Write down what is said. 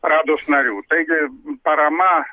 rados narių taigi parama